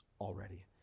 already